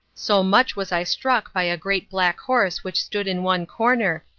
so much was i struck by a great black horse which stood in one corner,